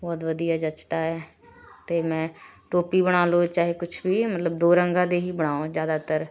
ਬਹੁਤ ਵਧੀਆ ਚੱਜਦਾ ਹੈ ਅਤੇ ਮੈਂ ਟੋਪੀ ਬਣਾ ਲਓ ਚਾਹੇ ਕੁਝ ਵੀ ਮਤਲਬ ਦੋ ਰੰਗਾਂ ਦੇ ਹੀ ਬਣਾਓ ਜ਼ਿਆਦਾਤਰ